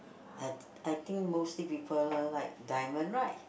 I I think mostly people like diamond right